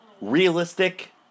Realistic